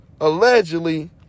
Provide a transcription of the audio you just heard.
allegedly